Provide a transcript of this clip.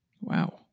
Wow